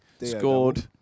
scored